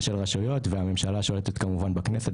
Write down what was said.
של רשויות והממשלה שולטת כמובן בכנסת,